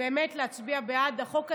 להצביע בעד החוק הזה,